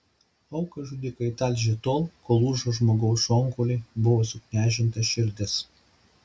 auką žudikai talžė tol kol lūžo žmogaus šonkauliai buvo suknežinta širdis